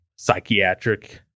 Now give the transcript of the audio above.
psychiatric